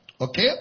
Okay